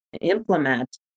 implement